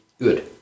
Good